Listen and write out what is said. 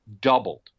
doubled